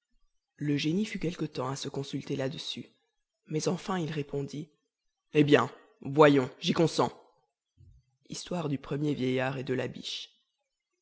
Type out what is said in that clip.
le génie fut quelque temps à se consulter làdessus mais enfin il répondit hé bien voyons j'y consens histoire du premier vieillard et de la biche